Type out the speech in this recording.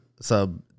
sub